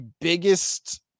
biggest